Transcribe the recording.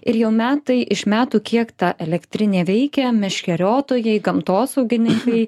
ir jau metai iš metų kiek ta elektrinė veikia meškeriotojai gamtosaugininkai